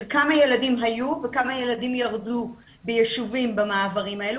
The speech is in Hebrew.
של כמה ילדים היו וכמה ילדים ירדו ביישובים במעברים האלה,